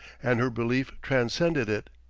and her relief transcended it.